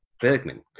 Bergman